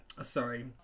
sorry